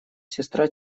сестра